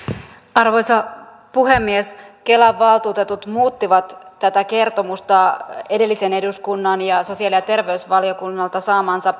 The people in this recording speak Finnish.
arvoisa puhemies kelan valtuutetut muuttivat tätä kertomusta edellisen eduskunnan ja sosiaali ja terveysvaliokunnalta saamansa